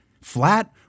flat